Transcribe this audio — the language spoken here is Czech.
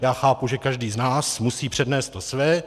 Já chápu, že každý z nás musí přednést to své.